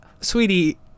sweetie